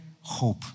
hope